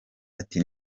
ati